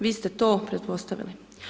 Vi ste to pretpostavili.